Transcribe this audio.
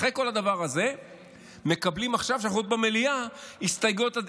אחרי כל הדבר הזה מקבלים עכשיו שהסתייגויות אפשר להגיש